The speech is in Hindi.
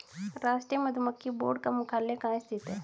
राष्ट्रीय मधुमक्खी बोर्ड का मुख्यालय कहाँ स्थित है?